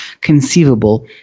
conceivable